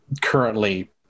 currently